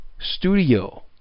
Studio